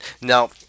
Now